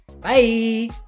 bye